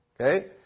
Okay